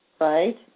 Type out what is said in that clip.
Right